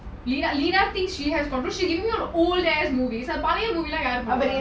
lina lina thinks she has problems she give me all the old ass movies like பழைய:palaya movie லாம் யாரு போடுவா:lam yaaru poduva